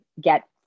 get